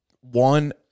One